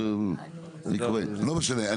לא משנה,